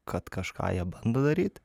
kad kažką jie bando daryt